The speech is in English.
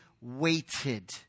waited